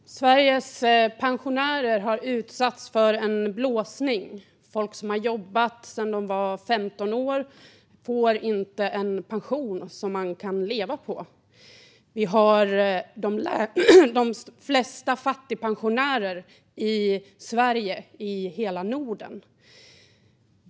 Fru talman! Sveriges pensionärer har utsatts för en blåsning. Folk som har jobbat sedan de var 15 år får inte en pension som man kan leva på. Sverige har flest fattigpensionärer i hela Norden.